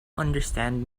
understand